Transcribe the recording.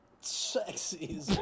Sexy